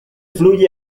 fluye